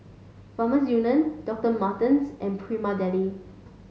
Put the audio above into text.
Farmers Union Doctot Martens and Prima Deli